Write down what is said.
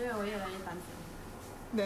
I cannot ya